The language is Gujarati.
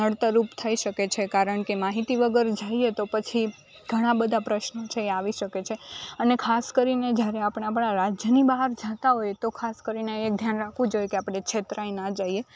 નડતરરૂપ થઈ શકે છે કારણ કે માહિતી વગર જાઈએ તો પછી ઘણા બધા પ્રશ્નો છે એ આવી શકે છે અને ખાસ કરીને જ્યારે આપણે આપણા રાજ્યની બહાર જતા હોઈએ તો ખાસ કરીને એ ધ્યાન રાખવું જોઈએ કે આપણે છેતરાઈ ના જઈએ